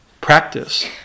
practice